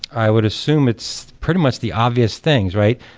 i would assume it's pretty much the obvious things, right?